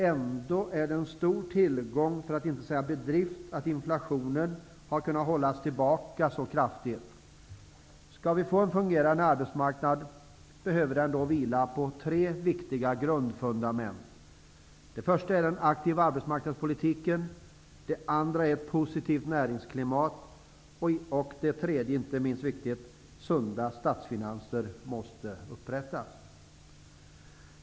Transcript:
Ändå är det en stor tillgång, för att inte säga en bedrift, att inflationen har kunnat hållas tillbaka så kraftigt. Skall vi få en fungerande arbetsmarknad, behöver den vila på tre viktiga fundament. Det första är den aktiva arbetsmarknadspolitiken. Det andra är ett positivt näringsklimat. Det tredje, inte minst viktigt, är att sunda statsfinanser upprättas.